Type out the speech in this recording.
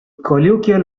colloquial